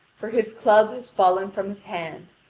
for his club has fallen from his hand,